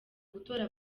gutora